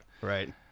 Right